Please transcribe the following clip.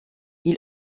ils